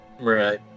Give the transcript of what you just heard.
Right